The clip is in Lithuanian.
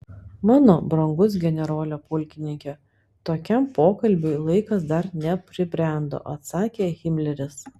mano brangus generole pulkininke tokiam pokalbiui laikas dar nepribrendo atsakė himleris